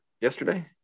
yesterday